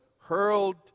hurled